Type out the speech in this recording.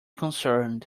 concerned